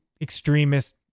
extremist